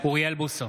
אוריאל בוסו,